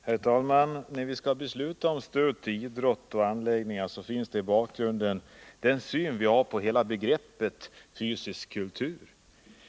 Herr talman! När vi skall besluta om stöd till idrott och idrottsanläggningar finns i bakgrunden den syn vi har på hela begreppet fysisk kultur.